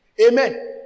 Amen